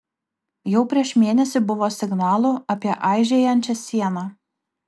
jau prieš mėnesį buvo signalų apie aižėjančią sieną